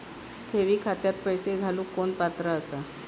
ठेवी खात्यात पैसे घालूक कोण पात्र आसा?